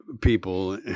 people